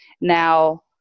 Now